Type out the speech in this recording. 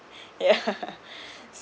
yeah